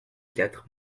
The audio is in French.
quatre